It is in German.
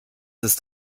ist